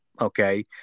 Okay